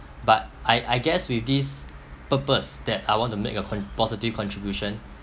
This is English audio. but I I guess with this purpose that I want to make a con~ positive contribution